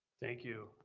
thank you.